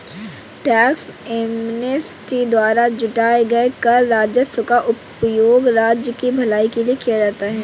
tax amnesty द्वारा जुटाए गए कर राजस्व का उपयोग राज्य की भलाई के लिए किया जाता है